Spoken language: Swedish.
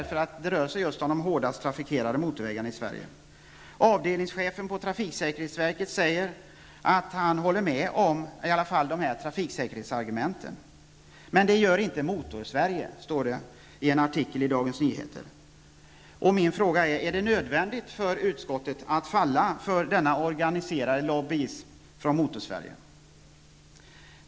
Det beror på att det rör sig om de hårdast trafikerade motorvägarna i Sverige. Avdelningschefen på trafiksäkerhetsverket säger att han instämmer i dessa trafiksäkerhetsargument. Men i en artikel i Dagens Nyheter står det att Motorsverige inte instämmer i dessa argument. Är det nödvändigt för utskottet att falla för den organiserade lobbyismen från Motorsverige?